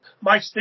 Mike